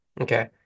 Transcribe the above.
Okay